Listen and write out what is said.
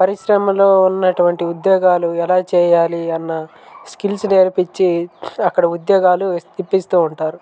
పరిశ్రమలో ఉన్న ఉద్యోగాలు ఎలా చేయాలి అన్న స్కిల్స్ నేర్పించి అక్కడ ఉద్యోగాలు ఇప్పిస్తూ ఉంటారు